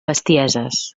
bestieses